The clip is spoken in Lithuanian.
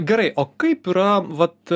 gerai o kaip yra vat